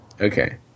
Okay